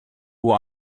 who